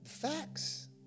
Facts